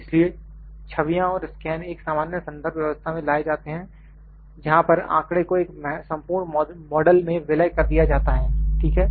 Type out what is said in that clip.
इसलिए छवियां और स्कैन एक सामान्य संदर्भ व्यवस्था में लाए जाते हैं जहां पर आंकड़े को एक संपूर्ण मॉडल में विलय कर दिया जाता है ठीक है